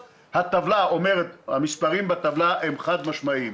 המספרים בטבלה הם חד-משמעיים,